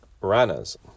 Rana's